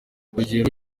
urugero